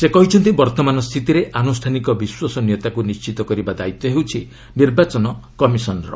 ସେ କହିଛନ୍ତି ବର୍ତ୍ତମାନ ସ୍ଥିତିରେ ଆନୁଷ୍ଠାନିକ ବିଶ୍ୱସନୀୟତାକୁ ନିଶ୍ଚିତ କରିବା ଦାୟିତ୍ୱ ହେଉଛି ନିର୍ବାଚନ କମିଶନ ର